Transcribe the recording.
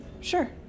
sure